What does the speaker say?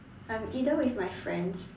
I'm either with my friends